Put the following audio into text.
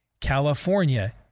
California